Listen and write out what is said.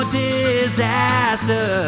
disaster